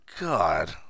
god